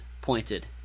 pointed